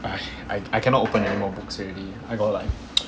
I I I cannot open anymore books already I got like